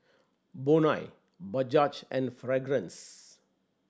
Bonia Bajaj and Fragrance